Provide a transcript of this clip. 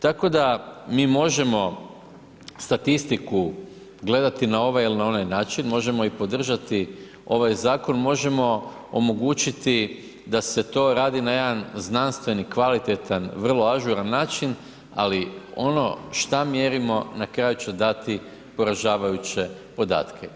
Tako da mi možemo statistiku gledati na ovaj ili na onaj način, možemo i podržati ovaj zakon, možemo omogućiti da se to radi na jedan znanstveni, kvalitetan vrlo ažuran način, ali ono šta mjerimo na kraju će dati poražavajuće podatke.